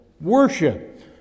Worship